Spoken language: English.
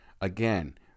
again